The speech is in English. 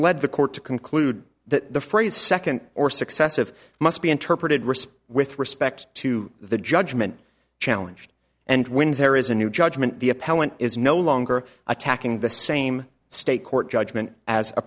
led the court to conclude that the phrase second or successive must be interpreted risp with respect to the judgment challenged and when there is a new judgment the appellant is no longer attacking the same state court judgment as a